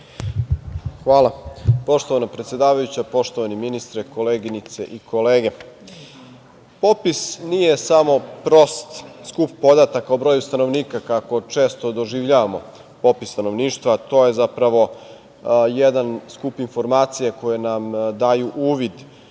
Hvala, poštovana predsedavajuća, poštovani ministre, koleginice i kolege, popis nije samo prost skup podataka o broju stanovnika, kako često doživljavamo popis stanovništva, to je zapravo jedan skup informacija, koje nam daju uvid,